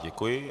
Děkuji.